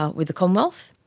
ah with the commonwealth.